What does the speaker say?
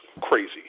crazy